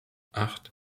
acht